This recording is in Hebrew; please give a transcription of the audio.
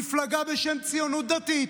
מפלגה בשם ציונות דתית,